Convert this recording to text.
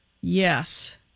Yes